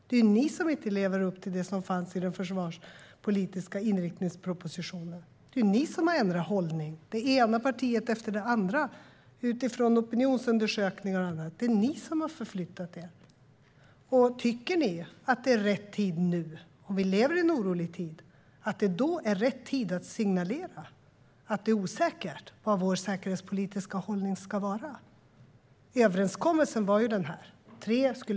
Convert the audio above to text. Det är ni som inte lever upp till det som stod i den försvarspolitiska inriktningspropositionen. Det är ni som har ändrat hållning, det ena partiet efter det andra, utifrån opinionsundersökningar och annat. Det är ni som har förflyttat er. Och tycker ni att det är rätt tid nu när vi lever i en orolig värld att signalera att det är osäkert vad vår säkerhetspolitiska hållning ska vara? Överenskommelsen skulle vila på tre ben.